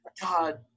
God